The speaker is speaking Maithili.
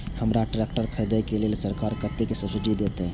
हमरा ट्रैक्टर खरदे के लेल सरकार कतेक सब्सीडी देते?